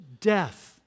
death